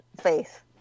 faith